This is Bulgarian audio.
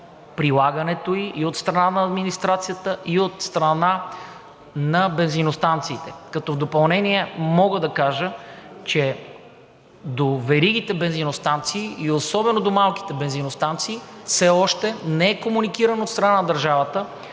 прилагането ѝ – и от страна на администрацията, и от страна на бензиностанциите. В допълнение мога да кажа, че до веригите бензиностанции и особено до малките бензиностанции все още не е комуникирано от страна на държавата